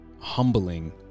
humbling